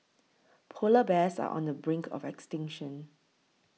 Polar Bears are on the brink of extinction